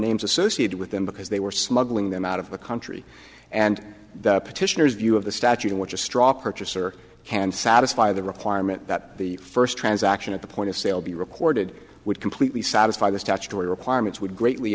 names associated with them because they were smuggling them out of the country and the petitioners view of the statute in which a straw purchaser can satisfy the requirement that the first transaction at the point of sale be recorded would completely satisfy the statutory requirements would greatly